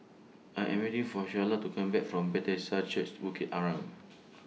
I Am waiting For Shayla to Come Back from Bethesda Church Bukit Arang